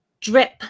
Drip